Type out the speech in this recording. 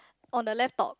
on the left top